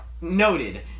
noted